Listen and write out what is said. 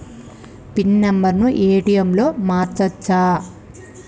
Pin number ATM లో మార్చచ్చా?